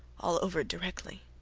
all over directly.